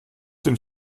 den